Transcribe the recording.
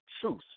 truth